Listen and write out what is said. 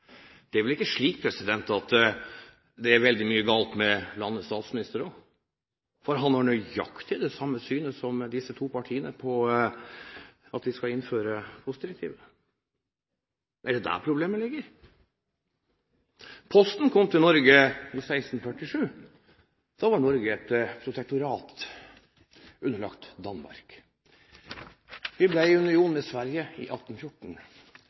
er vel ikke slik at det er veldig mye galt med landets statsminister også? For han har nøyaktig det samme synet som disse to partiene på at vi skal innføre postdirektivet. Er det der problemet ligger? Posten kom til Norge i 1647. Da var Norge et protektorat underlagt Danmark. Vi ble i union med Sverige i 1814.